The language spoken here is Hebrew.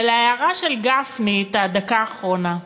ולהערה של גפני, בדקה האחרונה.